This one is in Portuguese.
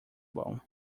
bom